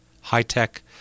high-tech